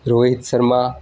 Rohit Sharma